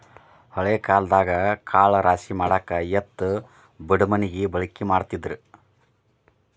ಹಳೆ ಕಾಲದಾಗ ಕಾಳ ರಾಶಿಮಾಡಾಕ ಎತ್ತು ಬಡಮಣಗಿ ಬಳಕೆ ಮಾಡತಿದ್ರ